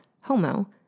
Homo